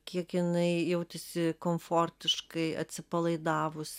kiek jinai jautėsi komfortiškai atsipalaidavus